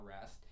rest